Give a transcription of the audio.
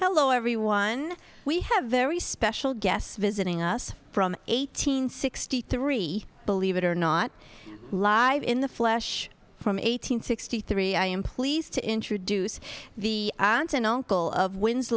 hello everyone we have very special guests visiting us from eight hundred sixty three believe it or not live in the flesh from eight hundred sixty three i am pleased to introduce the aunt and uncle of wins